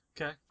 Okay